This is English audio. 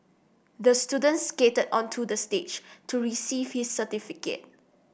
the student skated onto the stage to receive his certificate